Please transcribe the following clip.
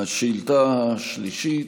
השאילתה השלישית,